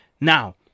Now